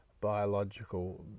biological